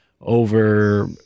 over